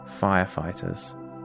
firefighters